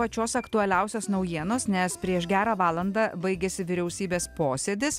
pačios aktualiausios naujienos nes prieš gerą valandą baigėsi vyriausybės posėdis